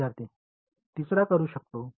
विद्यार्थी तिसरा करू शकतो